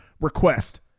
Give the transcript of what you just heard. request